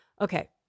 Okay